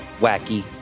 wacky